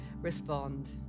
respond